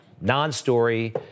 non-story